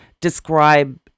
describe